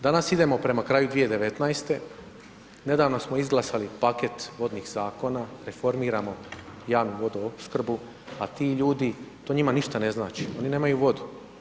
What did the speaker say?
Danas idemo prema kraju 2019., nedavno smo izglasali paket vodnih zakona, reformiramo javnu vodoopsrkbu, a ti ljudi, to njima ništa ne znači, oni nemaju vodu.